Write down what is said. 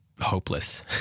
hopeless